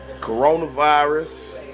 coronavirus